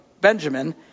Benjamin